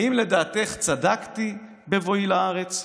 האם לדעתך צדקתי בבואי לארץ?